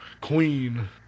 Queen